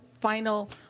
final